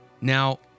Now